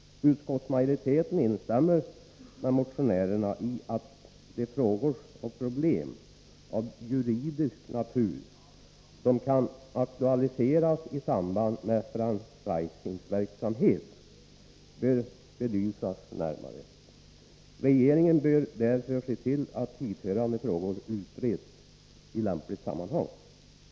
Utskottsmajoriteten instämmer med motionärerna i att de frågor och problem av juridisk natur som kan aktualiseras i samband med franchisingverksamhet bör belysas närmare. Regeringen bör därför se till att hithörande frågor utreds i lämpligt sammanhang.